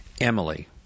Emily